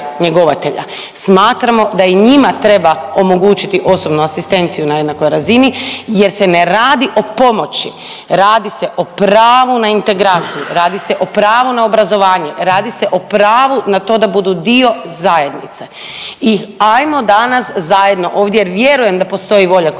Smatramo da i njima treba omogućiti osobnu asistenciju na jednakoj razini jer se ne radi o pomoći, radi se o pravu na integraciju, radi se o pravu na obrazovanje, radi se o pravu na to da budu dio zajednice. I ajmo danas zajedno ovdje jer vjerujem da postoji volja kod svih